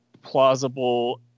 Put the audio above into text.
plausible